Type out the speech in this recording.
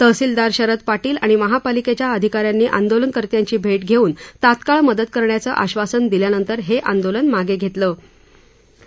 तहसीलदार शरद पाटील आणि महापालिकेच्या अधिकाऱ्यांनी आंदोलनकर्त्यांची भेट घेऊन तात्काळ मदत करण्याचं आश्वासन दिल्यानंतर हे आंदोलन मागे घेतलं गेलं